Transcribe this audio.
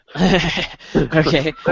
Okay